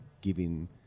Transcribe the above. giving